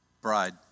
bride